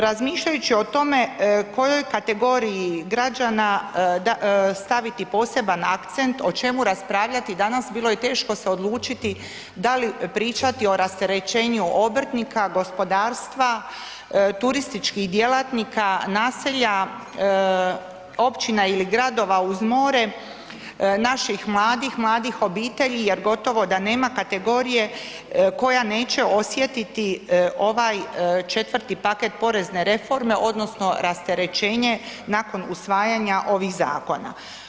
Razmišljajući o tome kojoj kategoriji građana staviti poseban akcent, o čemu raspravljati, danas bilo je teško se odlučiti da li pričati o rasterećenju obrtnika, gospodarstva, turističkih djelatnika, naselja, općina ili gradova uz more, naših mladih, mladih obitelji jer gotovo da nema kategorije koja neće osjetiti ovaj četvrti paket porezne reforme odnosno rasterećenje nakon usvajanja ovih zakona.